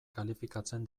kalifikatzen